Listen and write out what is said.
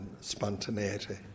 spontaneity